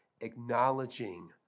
acknowledging